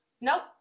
nope